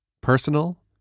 Personal